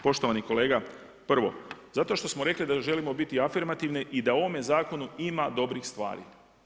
Poštovani kolega, prvo zato što smo rekli da želimo biti afirmativni i da u ovome zakonu ima dobrih stvari.